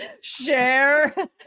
share